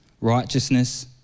righteousness